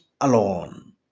alone